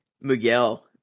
Miguel